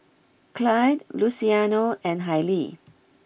Clide Luciano and Hailee